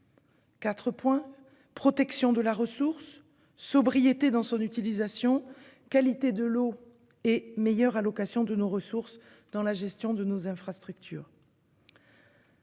: protection de la ressource, sobriété dans son utilisation, qualité de l'eau et meilleure allocation de nos ressources dans la gestion de nos infrastructures.